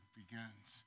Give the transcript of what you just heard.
begins